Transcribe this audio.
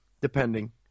depending